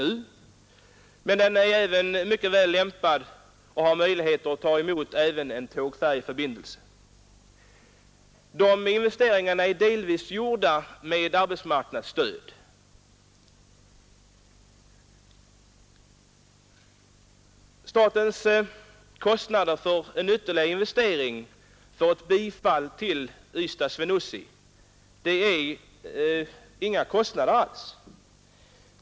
Terminalen är emellertid mycket väl lämpad för att ta emot även en tågfärja. Investeringarna i denna terminal är delvis gjorda med AMS-medel. Statens kostnader för en ytterligare investering, vid ett bifall till begäran om tågfärja mellan Ystad och Swinoujscie, är inga alls.